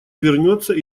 вернется